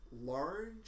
large